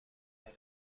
جوون